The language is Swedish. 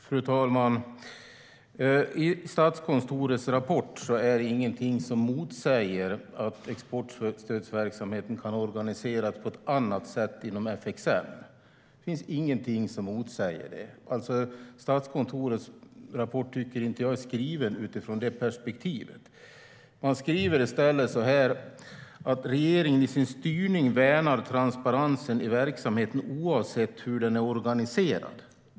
Fru talman! I Statskontorets rapport är det ingenting som motsäger att exportstödsverksamheten kan organiseras på ett annat sätt inom FXM. Det finns ingenting som motsäger det. Jag tycker inte att Statskontorets rapport är skriven utifrån det perspektivet. Man skriver i stället så här: "Regeringen i sin styrning värnar transparensen i verksamheten oavsett hur den är organiserad."